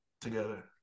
together